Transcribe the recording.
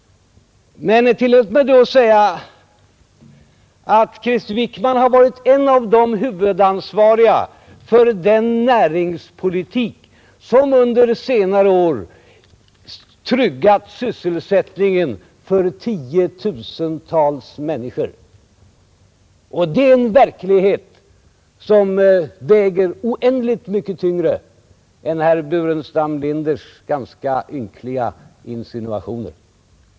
Men tillåt mig att säga att Krister Wickman har varit en av de huvudansvariga för den näringspolitik som under senare år tryggat sysselsättningen för tiotusentals människor. Det är en verklighet som väger oändligt mycket tyngre än herr Burenstam Linders ganska ynkliga insinuationer.